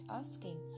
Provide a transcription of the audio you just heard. asking